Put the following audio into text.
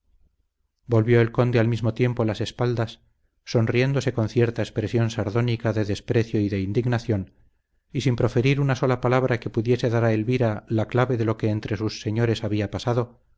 volvió el conde al mismo tiempo las espaldas sonriéndose con cierta expresión sardónica de desprecio y de indignación y sin proferir una sola palabra que pudiese dar a elvira la clave de lo que entre sus señores había pasado